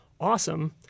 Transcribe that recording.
awesome